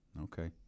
Okay